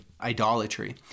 idolatry